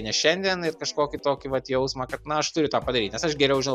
ne šiandien ir kažkokį tokį vat jausmą kad na aš turiu tą padaryt nes aš geriau žinau